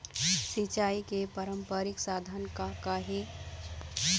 सिचाई के पारंपरिक साधन का का हे?